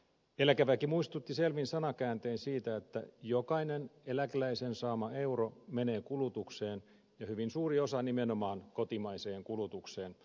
eläkeväki muistutti selvin sanakääntein siitä että jokainen eläkeläisen saama euro menee kulutukseen ja hyvin suuri osa nimenomaan kotimaiseen kulutukseen